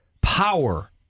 power